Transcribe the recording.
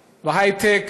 ההייטק,